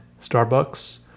Starbucks